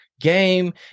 game